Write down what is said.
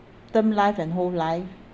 term life and whole life